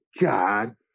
God